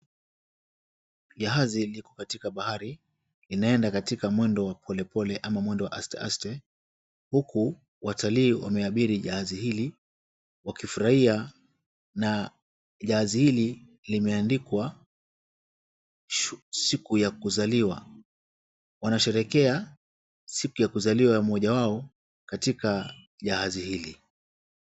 Jahazi liko katika bahari bahari inaenda katika mwendo wa polepole ama mwendo wa aste aste, huku watalii wameabiri jahazi hili wakifurahia na jahazi hili limeandikwa siku ya kuzaliwa. Wanasherehekea siku ya kuzaliwa mmoja wao katika jahazi hili.